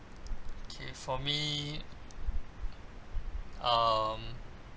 okay for me um